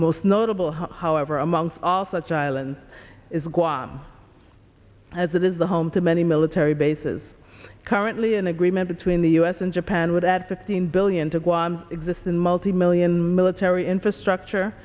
most notable however among all such islands is guam as it is the home to many military bases currently an agreement between the us and japan would add fifteen billion to guam existing multi million military infrastructure